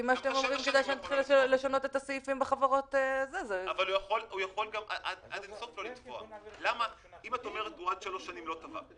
אם את אומרת שעד שלוש שנים הוא לא תבע,